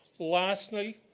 lastly,